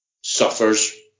suffers